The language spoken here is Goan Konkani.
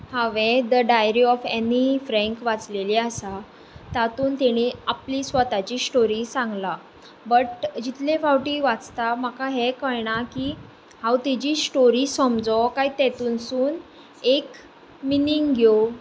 हांवें the diary of Anne Frank वाचलेली आसा तांतूंत तिणें आपली स्वताची स्टोरी सांगला जितले फावटी वाचता म्हाका हें कळना की हांव तेची स्टोरी समजों काय तितूंतसून एक मिनिंंग घेवं